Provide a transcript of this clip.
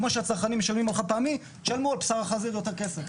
כמו שהצרכנים משלמים על חד פעמי הם ישלמו על בשר החזיר יותר כסף.